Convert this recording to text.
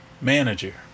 manager